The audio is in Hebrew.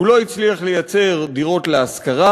הוא לא הצליח לייצר דירות להשכרה,